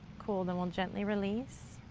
cool. then we'll gently release.